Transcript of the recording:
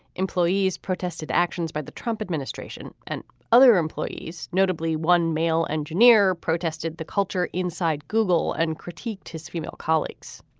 employees protested actions by the trump administration and other employees, notably, one male engineer protested the culture inside google and critiqued his female colleagues.